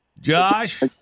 Josh